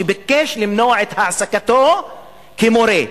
שביקש למנוע את העסקתו כמורה,